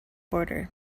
border